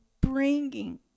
bringing